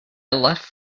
left